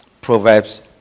proverbs